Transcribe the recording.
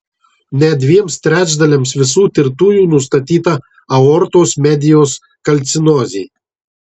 net dviem trečdaliams visų tirtųjų nustatyta aortos medijos kalcinozė